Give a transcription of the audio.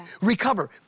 Recover